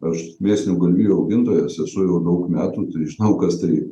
aš mėsinių galvijų augintojas esu jau daug metų tai žinau kas tai